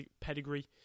pedigree